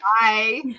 Bye